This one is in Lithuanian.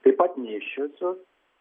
taip pat nėščiosios